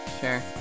sure